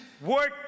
work